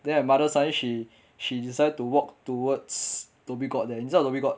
then my mother she she decided to walk towards dhoby ghaut 的你知道 dhoby ghaut